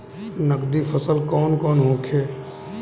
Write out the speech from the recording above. नकदी फसल कौन कौनहोखे?